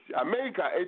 America